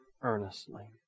earnestly